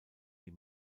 die